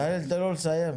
נתנאל תן לו לסיים.